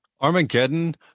armageddon